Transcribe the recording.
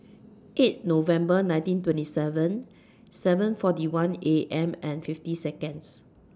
eight November nineteen twenty seven seven forty one A M and fifty Seconds